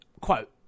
Quote